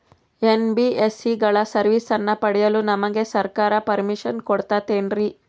NBSC ಗಳ ಸರ್ವಿಸನ್ನ ಪಡಿಯಲು ನಮಗೆ ಸರ್ಕಾರ ಪರ್ಮಿಷನ್ ಕೊಡ್ತಾತೇನ್ರೀ?